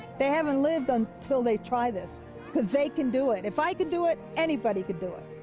they haven't lived until they try this because they can do it. if i can do it, anybody can do it,